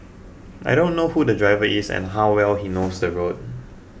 I don't know who the driver is and how well he knows the road